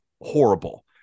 horrible